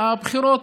והבחירות,